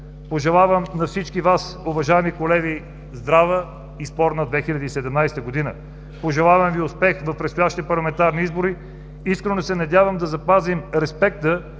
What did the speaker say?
Пожелавам на всички Вас, уважаеми колеги, здрава и спорна 2017 г.! Пожелавам Ви успех в предстоящите парламентарни избори! Искрено се надявам да запазим респекта